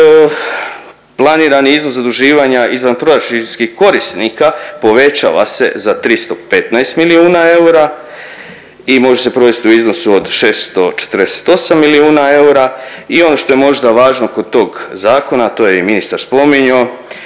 Planirani iznos zaduživanja izvanproračunskih korisnika povećava se za 315 milijuna eura i može se provesti u iznosu od 648 milijuna eura. I ono što je možda važno kod tog zakona, to je i ministar spominjo